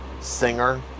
singer